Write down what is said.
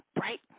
right